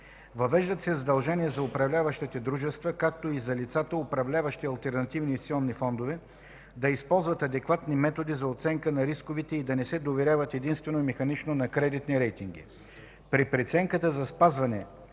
Въвеждат се задължения за управляващите дружества, както и за лицата, управляващи алтернативни инвестиционни фондове, да използват адекватни методи за оценка на рисковете и да не се доверяват единствено и механично на кредитни рейтинги. При преценката за спазването